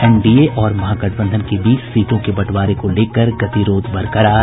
NDA और महागठबंधन के बीच सीटों के बंटवारे को लेकर गतिरोध बरकरार